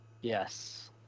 yes